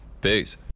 Peace